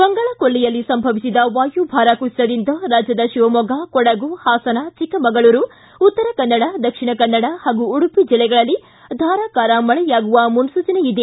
ಬಂಗಾಳ ಕೊಲ್ಲಿಯಲ್ಲಿ ಸಂಭವಿಸಿದ ವಾಯುಭಾರ ಕುಸಿತದಿಂದ ರಾಜ್ಯದ ಶಿವಮೊಗ್ಗ ಕೊಡಗು ಹಾಸನ ಚಿಕ್ಕಮಗಳೂರು ಉತ್ತರ ಕನ್ನಡ ದಕ್ಷಿಣ ಕನ್ನಡ ಹಾಗೂ ಉಡುಪಿ ಜಿಲ್ಲೆಗಳಲ್ಲಿ ಧಾರಾಕಾರ ಮಳೆಯಾಗುವ ಮುನ್ನೂಚನೆ ಇದೆ